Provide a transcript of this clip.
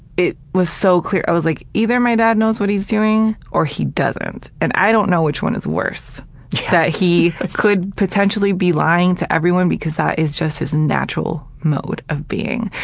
it was so cl i was, like, either my dad knows what he was doing or he doesn't' and i don't know which one is worse that he could potentially be lying to everyone because that is just his natural mode of being.